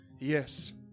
Yes